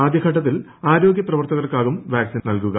ആദ്യഘട്ടത്തിൽ ആരോഗ്യ പ്രവർത്തകർക്കാകും വാക്സിൻ നല്കുക